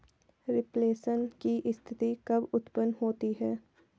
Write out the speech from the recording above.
Reflation की स्थिति कब उत्पन्न होती है?